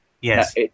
Yes